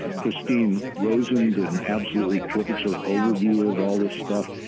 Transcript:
ah christine rosen did an absolutely terrific sort of overview of all this stuff.